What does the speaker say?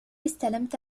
استلمت